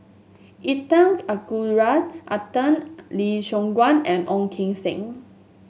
Intan Azura Lee Choon Guan and Ong Keng Sen